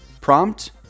Prompt